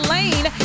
Lane